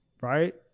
Right